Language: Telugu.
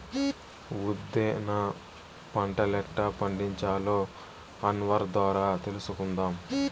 ఉద్దేన పంటలెట్టా పండించాలో అన్వర్ ద్వారా తెలుసుకుందాం